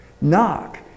Knock